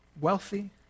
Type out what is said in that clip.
wealthy